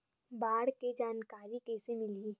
बाढ़ के जानकारी कइसे मिलही?